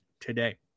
today